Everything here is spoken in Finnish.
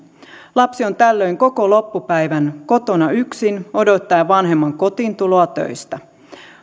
lapsi on tällöin koko loppupäivän kotona yksin odottaen vanhemman kotiintuloa töistä